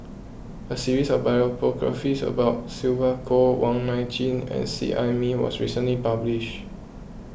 a series of biographies about Sylvia Kho Wong Nai Chin and Seet Ai Mee was recently published